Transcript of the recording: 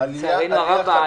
לצערנו הרב,